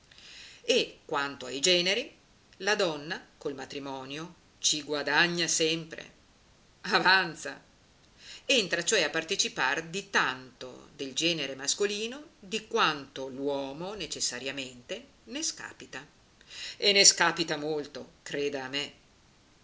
e quanto ai generi la donna col matrimonio ci guadagna sempre avanza entra cioè a partecipar di tanto del genere mascolino di quanto l'uomo necessariamente ne scapita molto creda a me